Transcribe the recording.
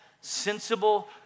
sensible